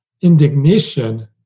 indignation